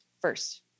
first